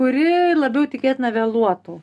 kuri labiau tikėtina vėluotų